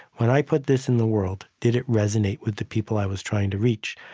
when i put this in the world, did it resonate with the people i was trying to reach?